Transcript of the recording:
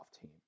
team